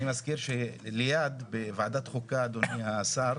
אני מזכיר שבוועדת חוקה, אדוני השר,